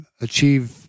achieve